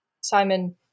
Simon